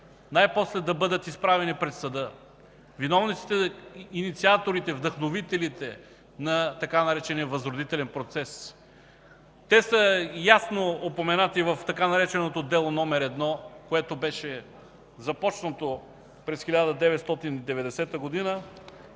най-после да бъдат изправени пред съда. Виновниците, инициаторите, вдъхновителите на така наречения „възродителен процес” – те са ясно упоменати в така нареченото „Дело № 1”, което беше започнато през 1990 г.,